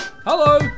hello